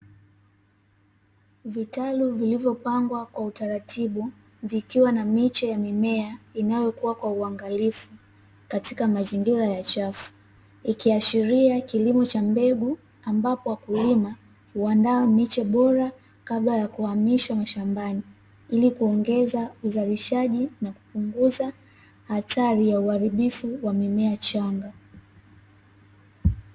Vitalu vilivyopangwa kwa utaratibu, vikiwa na miche ya mimea inayokuwa kwa uangalifu katika mazingira ya chafu, ikiashiria kilimo cha mbegu ambapo wakulima huandaa miche bora kabla ya kuhamishwa mashambani. ili kuongeza uzalishaji na kupunguza hatari ya uharibifu wa mimea changa.